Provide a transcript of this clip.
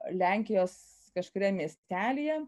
lenkijos kažkuriam miestelyje